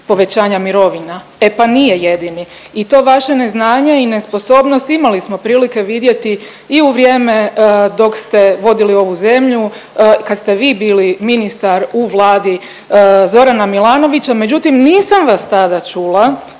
povećanja mirovina. E pa nije jedini i to vaše neznanje i nesposobnost imali smo prilike vidjeti i u vrijeme dok ste vodili ovu zemlju kad ste vi bili ministar u vladi Zorana Milanovića, međutim nisam vas tada čula